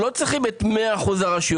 ולא צריך 100% מהן,